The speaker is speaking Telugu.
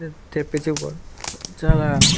తె తెప్పించకపోవడం చాలా